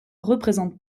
représente